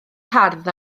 hardd